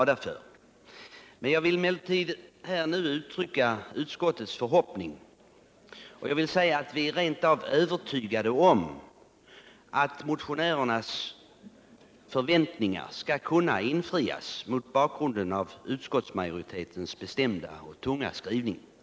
Det är dock utskottets förhoppning — ja vi är rent av övertygade om det — att motionärernas förväntningar skall kunna infrias mot bakgrunden av utskottsmajoritetens bestämda och tunga skrivning.